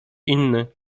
inny